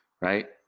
right